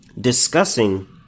discussing